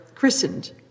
christened